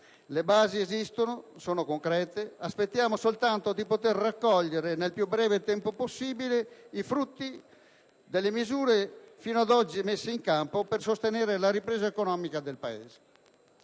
Le basi esistono, sono concrete. Aspettiamo soltanto di poter raccogliere nel più breve tempo possibile i frutti delle misure fino ad oggi messe in campo per sostenere la ripresa economica del Paese.